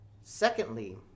Secondly